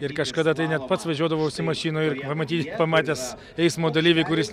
ir kažkada tai net pats vežiodavausi mašinoj ir pamatyt pamatęs eismo dalyvį kuris